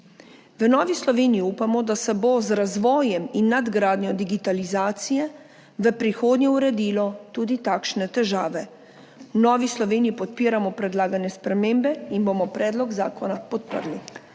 V Novi Sloveniji upamo, da se bo z razvojem in nadgradnjo digitalizacije v prihodnje uredilo tudi takšne težave. V Novi Sloveniji podpiramo predlagane spremembe in bomo predlog zakona podprli.